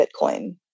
Bitcoin